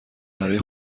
برای